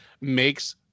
makes